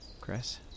Chris